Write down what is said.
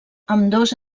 ambdós